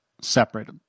separate